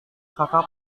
kakak